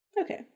okay